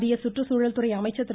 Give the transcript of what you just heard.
மத்திய சுற்றுச்சூழல்துறை அமைச்சர் திரு